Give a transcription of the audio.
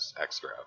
extra